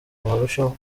barusheho